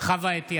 חוה אתי